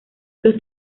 dos